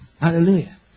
Hallelujah